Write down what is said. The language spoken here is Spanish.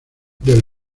del